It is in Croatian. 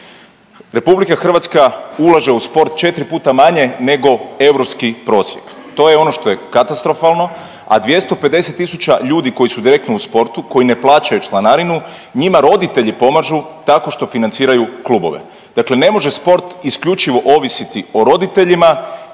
hrvatski sport. RH ulaže u sport 4 puta manje nego europski prosjek. To je ono što je katastrofalno, a 250 tisuća ljudi koji su direktno u sportu, koji ne plaćaju članarinu, njima roditelji pomažu tako što financiraju klubove. Dakle ne može sport isključivo ovisiti o roditeljima